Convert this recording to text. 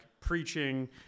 preaching